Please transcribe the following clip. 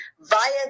via